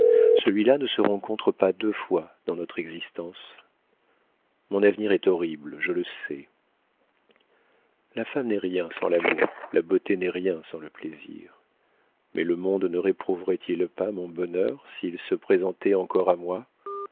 celui-là ne se rencontre pas deux fois dans notre existence mon avenir est horrible je le sais la femme n'est rien sans l'amour la beauté n'est rien sans le plaisir mais le monde ne réprouverait il pas mon bonheur s'il se présentait encore à moi